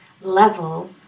level